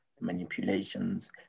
manipulations